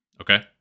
okay